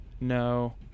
No